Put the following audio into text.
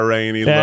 Rainy